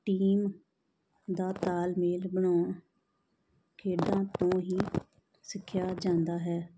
team ਦਾ ਤਾਲਮੇਲ ਬਣਾਉਣ ਖੇਡਾਂ ਤੋਂ ਹੀ ਸਿੱਖਿਆ ਜਾਂਦਾ ਹੈ